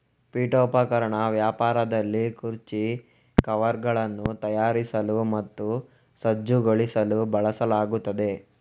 ಪೀಠೋಪಕರಣ ವ್ಯಾಪಾರದಲ್ಲಿ ಕುರ್ಚಿ ಕವರ್ಗಳನ್ನು ತಯಾರಿಸಲು ಮತ್ತು ಸಜ್ಜುಗೊಳಿಸಲು ಬಳಸಲಾಗುತ್ತದೆ